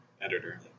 editor